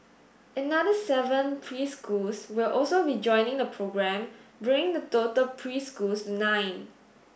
another seven preschools will also be joining the programme bringing the total preschools to nine